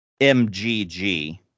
MGG